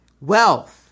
Wealth